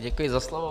Děkuji za slovo.